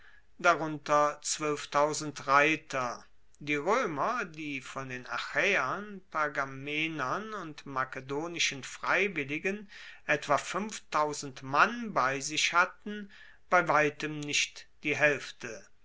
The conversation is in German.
darunter reiter die roemer die von achaeern pergamenern und makedonischen freiwilligen etwa mann bei sich hatten bei weitem nicht die haelfte